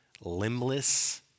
limbless